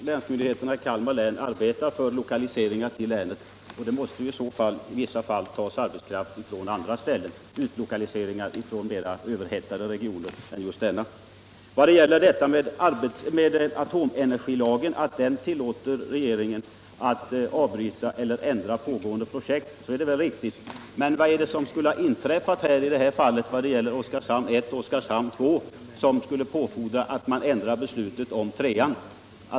Herr talman! Till det sista vill jag säga att länsmyndigheterna i Kalmar län arbetar för lokaliseringar till länet. Det måste i vissa fall ske ut lokaliseringar från mera lyckligt lottade regioner. Atomenergilagen tillåter regeringen att avbryta eller ändra pågående projekt. Det är bra att denna bestämmelse finns. Men vad har inträffat i fråga om Oskarshamn 1 och Oskarshamn 2 som skulle påfordra att man ändrar beslutet om Oskarshamn 3?